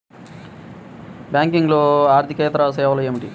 బ్యాంకింగ్లో అర్దికేతర సేవలు ఏమిటీ?